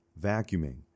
vacuuming